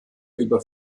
über